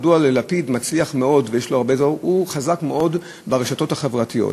מדוע לפיד מצליח מאוד: הוא חזק מאוד ברשתות החברתיות,